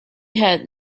had